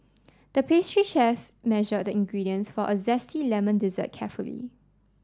the pastry chef measured the ingredients for a zesty lemon dessert carefully